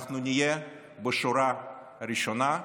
אנחנו נהיה בשורה הראשונה,